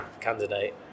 candidate